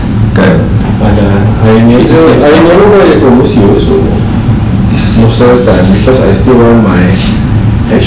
!alah! I never I never buy the promosi also cause I still want my hash brown